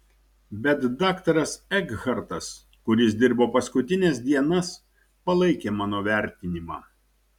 bet daktaras ekhartas kuris dirbo paskutines dienas palaikė mano vertinimą